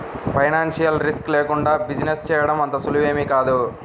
financial risk లేకుండా business చేయడం అంత సులువేమీ కాదు